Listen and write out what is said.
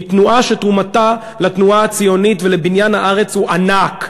מתנועה שתרומתה לתנועה הציונית ולבניין הארץ היא ענקית.